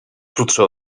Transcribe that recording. krótsze